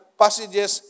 passages